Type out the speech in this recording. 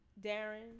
Darren